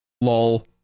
Lol